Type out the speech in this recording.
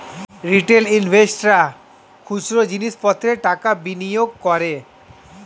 retail ইনভেস্টর্সরা খুচরো জিনিস পত্রে টাকা বিনিয়োগ করে